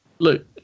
Look